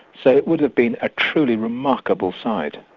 so it would have been a truly remarkable sight.